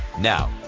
Now